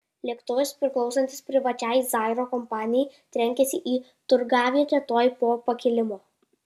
lėktuvas priklausantis privačiai zairo kompanijai trenkėsi į turgavietę tuoj po pakilimo